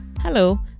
Hello